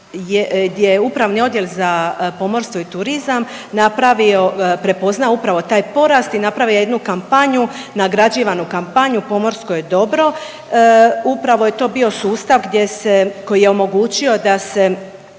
gdje je Upravni odjel za pomorstvo i turizam napravio, prepoznao upravo taj porast i napravio jednu kampanju, nagrađivanju kampanju Pomorsko je dobro. Upravo je to bio sustav gdje se, koji je omogućio da se